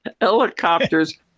helicopters